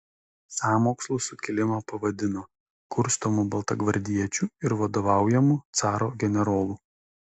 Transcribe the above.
sąmokslu sukilimą pavadino kurstomu baltagvardiečių ir vadovaujamu caro generolų